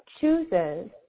chooses